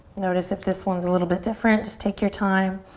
notice if this one's a little bit different. just take your time.